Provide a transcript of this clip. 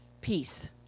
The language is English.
peace